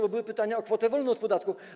Były pytania o kwotę wolną od podatku.